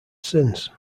since